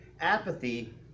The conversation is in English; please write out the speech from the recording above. apathy